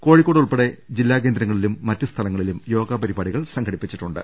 കോഴിക്കോട് ഉൾപ്പെടെ ജില്ലാ കേന്ദ്രങ്ങളിലും മറ്റ് സ്ഥല ങ്ങളിലും യോഗാ പരിപാടികൾ സംഘടിപ്പിച്ചിട്ടുണ്ട്